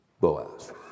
Boaz